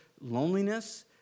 loneliness